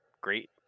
great